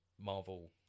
marvel